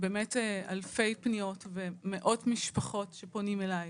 באמת אלפי פניות, מאות משפחות שפונים אליי.